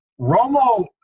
Romo